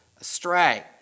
astray